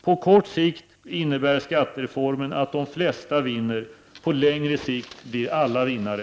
På kort sikt innebär skattereformen att de flesta blir vinnare. På längre sikt blir alla vinnare.